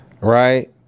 right